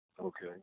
Okay